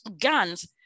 guns